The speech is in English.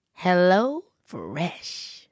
HelloFresh